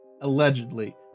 Allegedly